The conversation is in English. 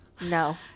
No